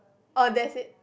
uh that's it